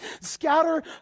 scatter